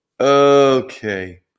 Okay